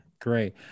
Great